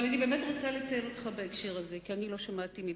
אני באמת רוצה לציין אותך בהקשר הזה כי לא שמעתי מפיך,